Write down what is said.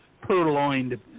purloined